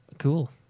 cool